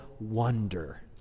wonder